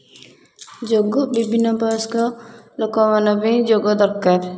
ଯୋଗ ବିଭିନ୍ନ ବୟସ୍କ ଲୋକମାନଙ୍କ ପାଇଁ ଯୋଗ ଦରକାର